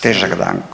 Težak dan.